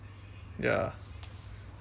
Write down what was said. ya